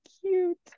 cute